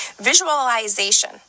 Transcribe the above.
Visualization